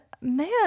man